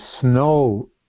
snow